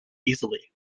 easily